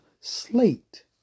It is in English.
slate